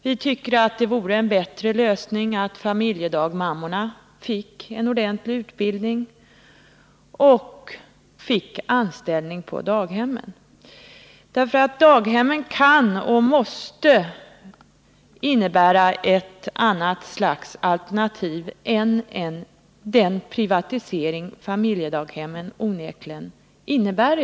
Vi tycker att det vore en bättre lösning att ge familjedaghemsmammorna en ordentlig utbildning och att låta dem få anställning vid daghemmen. Daghemmen kan och måste vara ett alternativ till den privatisering som familjedaghemmen i dag onekligen innebär.